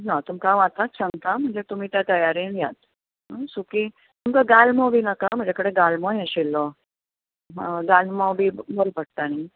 ना तुमकां हांव आतांच सांगता म्हणजे तुमी त्या तयारेन यात सुकी तुमका गालमो बी नाका म्हजे कडेन गालमोय आशिल्लो गालमो बी बरो पडटा नी